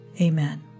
Amen